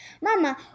Mama